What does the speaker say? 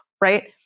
right